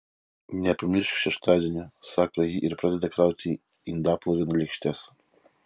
nepamiršk šeštadienio sako ji ir pradeda krauti indaplovėn lėkštes